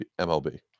MLB